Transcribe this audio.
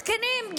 מסכנים,